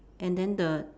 and then the